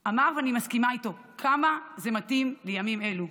אמר, ואני מסכימה איתו, כמה זה מתאים לימים אלה.